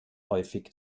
häufig